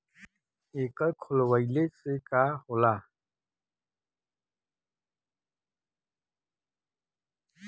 एकर खोलवाइले से का होला?